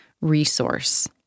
resource